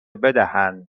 بدهند